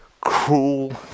cruel